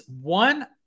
one